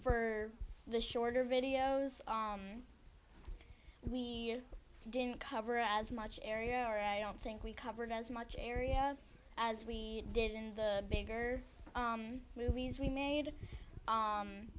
for the shorter videos we didn't cover as much area i don't think we covered as much area as we did in the bigger movies we made